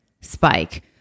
spike